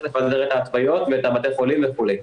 לפזר את ההתוויות ואת בתי החולים וכולי.